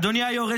אדוני היושב-ראש,